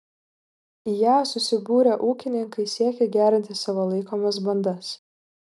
į ją susibūrę ūkininkai siekia gerinti savo laikomas bandas